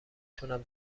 تونم